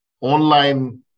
online